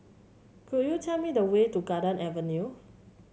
could you tell me the way to Garden Avenue